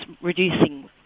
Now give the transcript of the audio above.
reducing